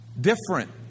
different